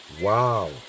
wow